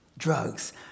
drugs